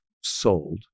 sold